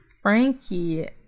Frankie